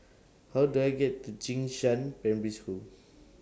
How Do I get to Jing Shan Primary School